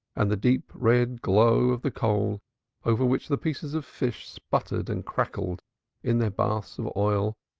and the deep red glow of the coal over which the pieces of fish sputtered and crackled in their bath of oil,